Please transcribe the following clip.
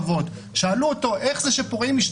כשאנחנו מדברים על עניינים כלכליים,